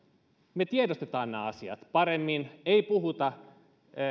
me tiedostamme nämä asiat paremmin ei puhuta